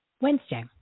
Wednesday